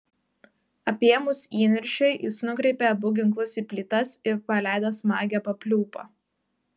apėmus įniršiui jis nukreipė abu ginklus į plytas ir paleido smagią papliūpą